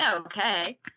Okay